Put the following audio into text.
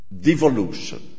devolution